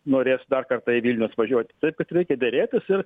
norės dar kartą į vilnių atvažiuoti taip pat reikia derėtis ir